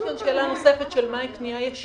יש כאן שאלה נוספת: מה היא פנייה ישירה.